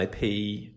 IP